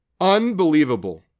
Unbelievable